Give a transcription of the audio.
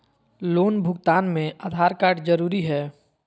Loan भुगतान में Aadhaar card जरूरी है?